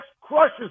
crushes